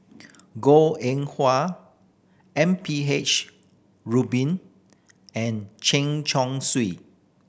Goh Eng M P H Rubin and Chen Chong Swee